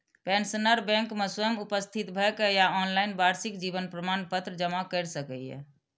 pensioner bank मे स्वयं उपस्थित भए के या ऑनलाइन वार्षिक जीवन प्रमाण पत्र जमा कैर सकैए